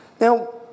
Now